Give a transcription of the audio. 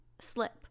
slip